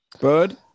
Bird